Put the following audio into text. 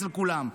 אצל כולם.